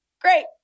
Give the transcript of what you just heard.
great